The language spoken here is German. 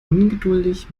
ungeduldig